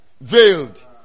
veiled